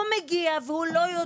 הוא מגיע והוא לא יודע.